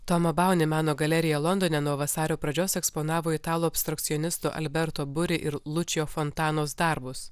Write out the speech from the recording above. tomo bauni meno galerija londone nuo vasario pradžios eksponavo italų abstrakcionisto alberto buri ir lučijo fontanos darbus